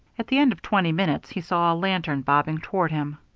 at the end of twenty minutes, he saw a lantern bobbing toward him.